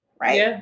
right